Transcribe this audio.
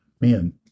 man